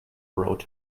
wrote